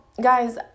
guys